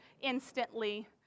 instantly